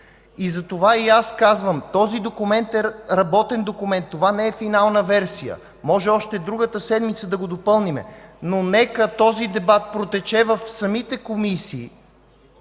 И затова и аз казвам, че този документ е работен документ. Това не е финална версия. Може още другата седмица да го допълним, но нека този дебат протече в самите комисии